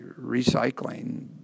recycling